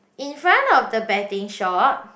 in front of the betting shop